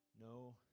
No